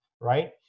right